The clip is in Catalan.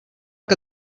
que